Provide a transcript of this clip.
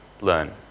learn